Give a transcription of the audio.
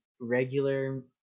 regular